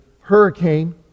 hurricane